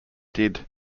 did